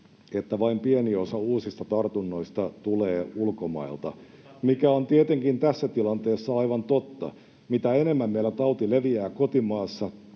että vain pieni osa uusista tartunnoista tulee ulkomailta, mikä on tietenkin tässä tilanteessa aivan totta. Mitä enemmän meillä tauti leviää kotimaassa,